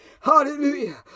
Hallelujah